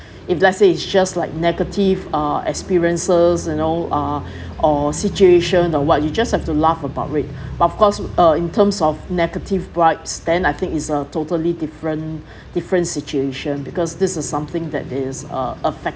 if let's say it's just like negative uh experiences you know uh or situation or [what] you just have to laugh about it but of course uh in terms of negative bribes then I think is a totally different different situation because this is something that is uh affecting